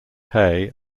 hay